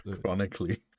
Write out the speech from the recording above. chronically